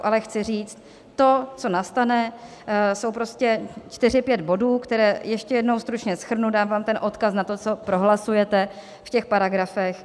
Ale chci říct, to, co nastane, jsou prostě čtyři pět bodů, které ještě jednou stručně shrnu, dám vám ten odkaz na to, co prohlasujete v těch paragrafech.